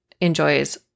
enjoys